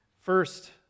First